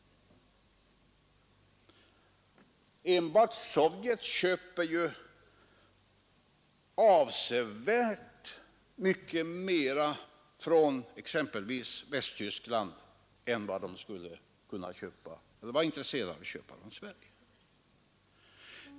Enbart Sovjet köper avsevärt mer från t.ex. Västtyskland än vad man är intresserad av att köpa från Sverige.